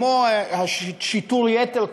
כמו שיטור יתר,